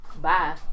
bye